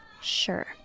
Sure